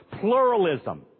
Pluralism